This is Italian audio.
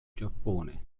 giappone